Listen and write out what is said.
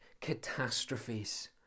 catastrophes